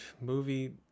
movie